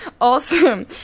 Awesome